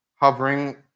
hovering